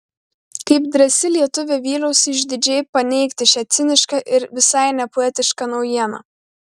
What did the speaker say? kaip drąsi lietuvė vyliausi išdidžiai paneigti šią cinišką ir visai nepoetišką naujieną